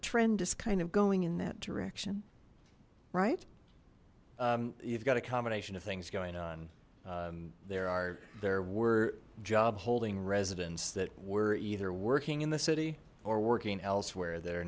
trend is kind of going in that direction right you've got a combination of things going on there are there were job holding residents that were either working in the city or working elsewhere th